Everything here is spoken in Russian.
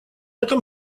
этом